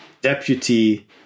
deputy